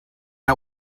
out